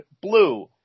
BLUE